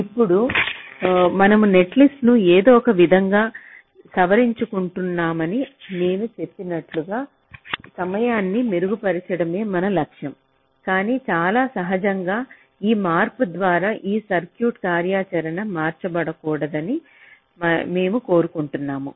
ఇప్పుడు మనము నెట్లిస్ట్ను ఏదో ఒక విధంగా సవరించుకుంటున్నామని నేను చెప్పినట్లుగా సమయాన్ని మెరుగుపరచడమే మన లక్ష్యం కానీ చాలా సహజంగా ఈ మార్పు ద్వారా ఈ సర్క్యూట్ కార్యాచరణ మార్చబడకూడదని మేము కోరుకుంటున్నాము